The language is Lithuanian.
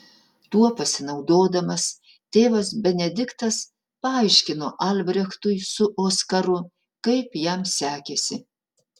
tuo pasinaudodamas tėvas benediktas paaiškino albrechtui su oskaru kaip jam sekėsi